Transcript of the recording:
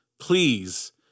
please